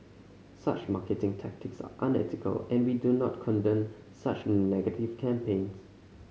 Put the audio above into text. such marketing tactics are unethical and we do not condone such negative campaigns